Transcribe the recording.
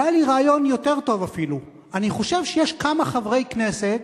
בא לי רעיון יותר טוב אפילו: אני חושב שיש כמה חברי כנסת